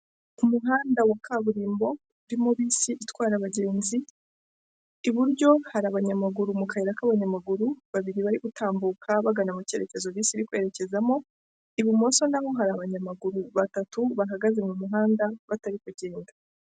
Ku muhanda wa kaburimbo urimo bisi itwara abagenzi, iburyo hari abanyamaguru mu kayira k'abanyamaguru, babiri bari gutambuka bagana mu cyerekezo bisi iri kwerekezamo, ibumoso naho hari abanyamaguru batatu bahagaze mu muhanda batari kugenda.